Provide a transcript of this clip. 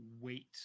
wait